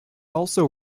also